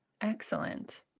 Excellent